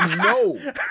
No